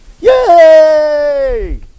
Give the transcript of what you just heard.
Yay